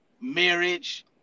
marriage